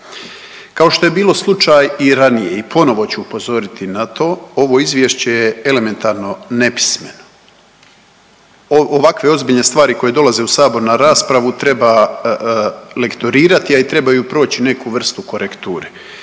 Kao što je bilo slučaj i ranije i ponovo ću upozoriti na to, ovo Izvješće je elementarno nepismeno. Ovakve ozbiljne stvari koje dolaze u Sabor na raspravu treba lektorirati, a i trebaju proći neku vrstu korekture